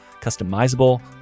customizable